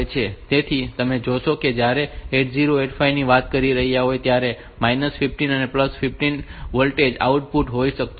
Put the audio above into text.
તેથી તમે જોશો કે જ્યારે આપણે 8085 વિશે વાત કરી રહ્યા છીએ ત્યારે તેમાં 15 અને 15 વોલ્ટેજ આઉટપુટ હોઈ શકતું નથી